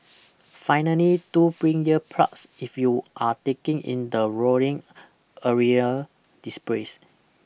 finally do bring ear plugs if you are taking in the roaring aerial displays